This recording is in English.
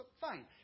fine